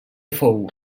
fou